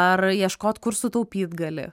ar ieškot kur sutaupyt gali